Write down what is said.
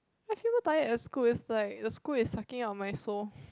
I feel so tired at school is like the school is sucking out my soul